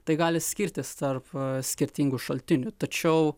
tai gali skirtis tarp skirtingų šaltinių tačiau